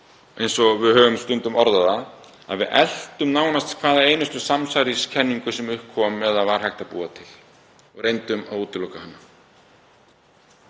eins og við höfum stundum orðað það: Við eltum nánast hverja einustu samsæriskenningu sem upp kom eða var hægt að búa til og reyndum að útiloka hana.